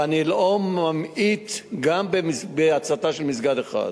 ואני לא ממעיט גם בהצתה של מסגד אחד.